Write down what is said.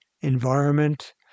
environment